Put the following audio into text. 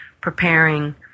preparing